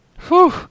Whew